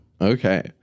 Okay